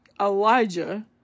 Elijah